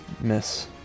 Miss